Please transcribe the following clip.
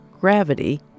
gravity